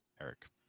Eric